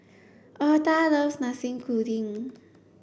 Eartha loves Nasi Kuning